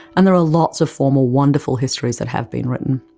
and there are lots of formal, wonderful histories that have been written.